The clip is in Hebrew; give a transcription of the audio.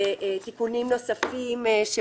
הנושא שלילך ציינה בדיונים הקודמים של נשם או לא נשם.